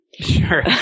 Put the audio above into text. Sure